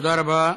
תודה רבה.